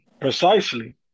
Precisely